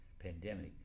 pandemic